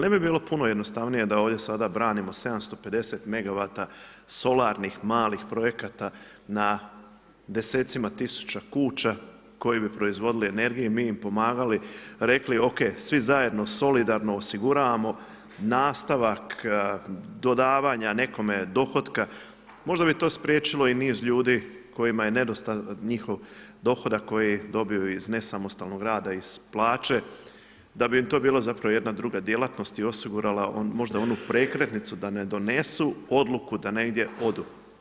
Jel ne bi bilo puno jednostavnije da ovdje sada branimo 750 megawata solarnih malih projekata na desetcima tisuća kuća koje bi proizvodile energiju, mi im pomagali, rekli OK svi zajedno solidarno osiguravamo nastavak dodavanja nekome dohotka, možda bi to spriječilo i niz ljudi kojima je nedostatan njihov dohodak koji dobiju iz nesamostalnog rada, iz plaće, da bi im to zapravo bila jedna druga djelatnost i osigurala možda onu prekretnicu da ne donesu odluku da negdje odu.